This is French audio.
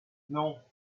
non